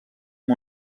amb